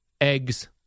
eggs